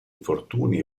infortuni